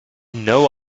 know